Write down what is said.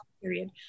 period